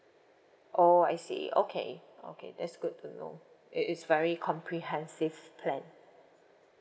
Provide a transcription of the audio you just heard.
oh I see okay okay that's good to know it is very comprehensive plan